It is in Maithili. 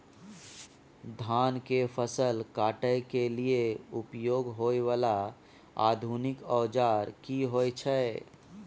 धान के फसल काटय के लिए उपयोग होय वाला आधुनिक औजार की होय छै?